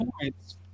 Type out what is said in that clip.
points